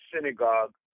synagogue